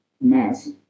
mass